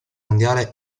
mondiale